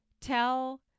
tell